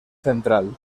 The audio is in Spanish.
central